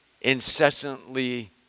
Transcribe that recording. incessantly